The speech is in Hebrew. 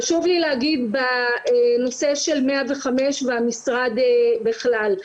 חשוב לי להגיד בנושא של 105 והמשרד בכלל.